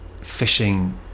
fishing